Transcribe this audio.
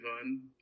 fun